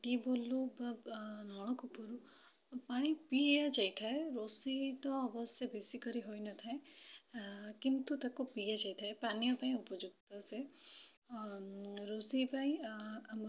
ଟିଉବଲରୁ ବା ନଳକୂପରୁ ପାଣି ପିଆଯାଇଥାଏ ରୋଷେଇ ତ ଅବଶ୍ୟ ବେଶୀ କରି ହୋଇନଥାଏ କିନ୍ତୁ ତାକୁ ପିଆଯାଇଥାଏ ପାନୀୟ ପାଇଁ ଉପଯୁକ୍ତ ସିଏ ରୋଷେଇ ପାଇଁ ଆମର